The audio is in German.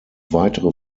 weitere